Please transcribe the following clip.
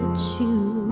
to